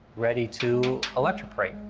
ready to electroporate.